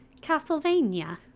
Castlevania